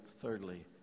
thirdly